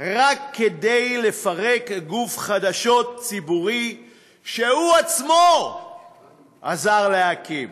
רק כדי לפרק גוף חדשות ציבורי שהוא עצמו עזר להקים.